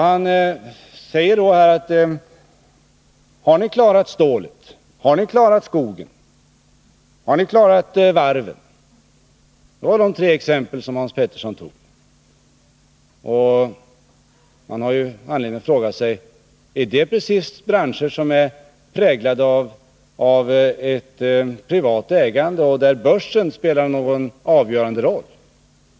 Han frågade: Har ni klarat stålet, har ni klarat skogen, har ni klarat varven? Det var de tre exempel som Hans Petersson anförde. Man har anledning att fråga sig om det är branscher som är präglade av ett privat ägande och där börsen spelar någon avgörande roll.